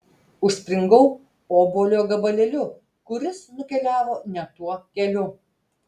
užspringau obuolio gabalėliu kuris nukeliavo ne tuo keliu